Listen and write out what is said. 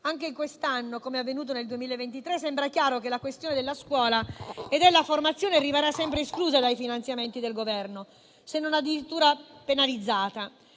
Anche quest'anno, come è avvenuto nel 2023, sembra chiaro che la questione della scuola e della formazione rimarrà sempre esclusa dai finanziamenti del Governo, se non addirittura penalizzata.